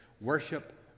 Worship